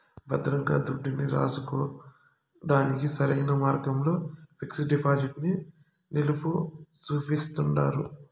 భద్రంగా దుడ్డుని రాసుకోడానికి సరైన మార్గంగా పిక్సు డిపాజిటిని నిపునులు సూపిస్తండారు